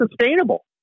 sustainable